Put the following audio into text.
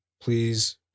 please